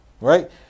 right